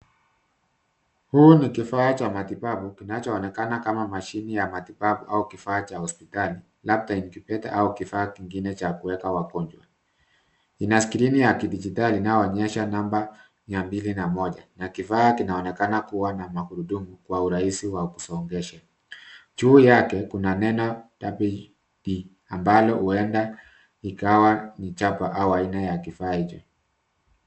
Huu ni kifaa cha matibabu kinachoonekana kama mashine ya matibabu au kifaa cha hospitali labda incubator au kifaa kingine cha kuweka wagonjwa. Kina skrini ya kidigitari inayoonyesha namba mia mbili na moja, na kifaa kinaonekana kuwa na magurudumu kwa urahisi wa kusongesha. Juu yake, kuna neno wd ambalo huenda ikawa ni chapa au aina ya kifaa hicho.